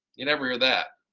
you never hear that.